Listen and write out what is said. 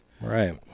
Right